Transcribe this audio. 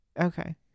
okay